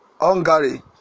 hungary